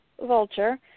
vulture